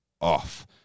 off